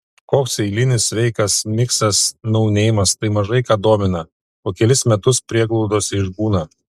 koks eilinis sveikas miksas nauneimas tai mažai ką domina po kelis metus prieglaudose išbūna